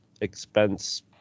expense